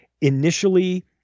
initially –